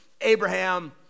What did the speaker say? Abraham